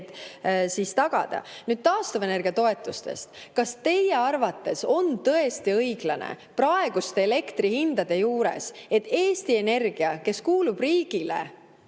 tagada. Taastuvenergia toetustest. Kas teie arvates on tõesti õiglane praeguste elektrihindade juures, et Eesti Energia, kes kuulub riigile,